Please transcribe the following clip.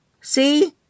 see